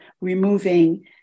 removing